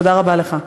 תודה רבה לך.